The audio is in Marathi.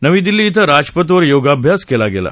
नवी दिल्ली इथं राजपथवर योगाभ्यास केला गेला